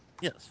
Yes